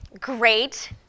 Great